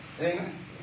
Amen